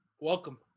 Welcome